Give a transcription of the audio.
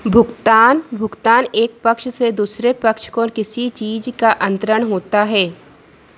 भुगतान भुगतान एक पक्ष से दूसरे पक्ष को किसी चीज का अंतरण होता है